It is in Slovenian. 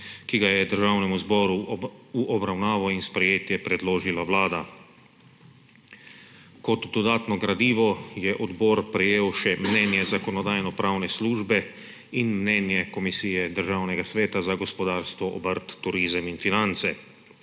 ki ga je Državnemu zbor v obravnavo in sprejetje predložila Vlada. Kot dodatno gradivo je odbor prejel še mnenje Zakonodajno-pravne službe in mnenje Komisije Državnega sveta za gospodarstvo, obrt, turizem in finance.